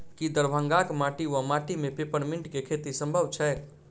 की दरभंगाक माटि वा माटि मे पेपर मिंट केँ खेती सम्भव छैक?